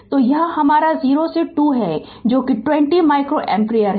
तो यह हमारा 0 से 2 है जो कि 20 माइक्रोएम्पियर है